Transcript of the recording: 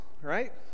right